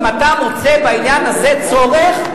אם אתה מוצא בעניין הזה צורך,